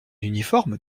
uniforme